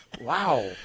Wow